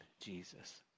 Jesus